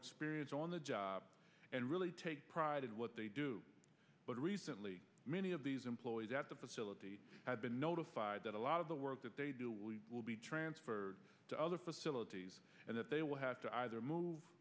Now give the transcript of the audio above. experience on the job and really take pride in what they do but recently many of these employees at the facility have been notified that a lot of the work that they do we will be transferred to other facilities and that they will have to either move